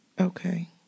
Okay